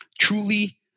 truly